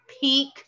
peak